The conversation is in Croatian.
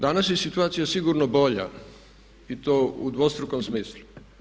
Danas je situacija sigurno bolja i to u dvostrukom smislu.